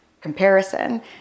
Comparison